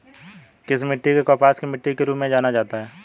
किस मिट्टी को कपास की मिट्टी के रूप में जाना जाता है?